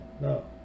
no